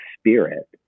spirit